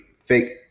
fake